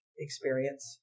experience